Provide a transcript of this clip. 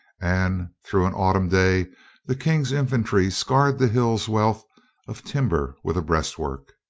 and through an autumn day the king's infantry scarred the hill's wealth of timber with a breastwork.